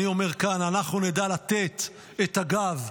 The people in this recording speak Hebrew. אני אומר כאן: אנחנו נדע לתת את הגב,